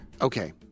Okay